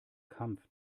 kampf